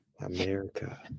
America